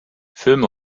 filme